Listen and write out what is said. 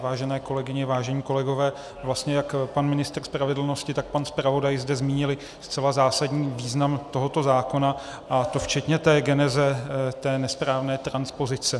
Vážené kolegyně, vážení kolegové, jak pan ministr spravedlnosti, tak pan zpravodaj zde zmínili zcela zásadní význam tohoto zákona, a to včetně geneze té nesprávné transpozice.